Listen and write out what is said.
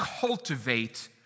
cultivate